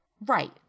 Right